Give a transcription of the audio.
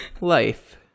Life